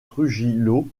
trujillo